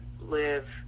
live